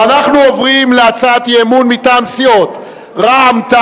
ואנחנו עוברים להצעת האי-אמון מטעם סיעות רע"ם-תע"ל,